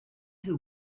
who